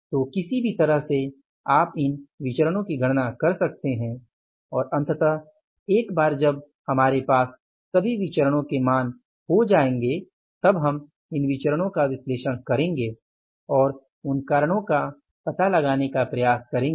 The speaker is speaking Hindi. तो किसी भी तरह से आप इन विचरणों की गणना कर सकते हैं और अंततः एक बार जब हमारे पास सभी विचरणों के मान हो जायेंगे तब हम इन विचरणों का विश्लेषण करेंगे और उन विचरणों के कारण का पता लगाने का प्रयास करेंगे